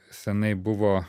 senai buvo